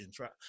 right